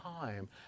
time